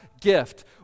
gift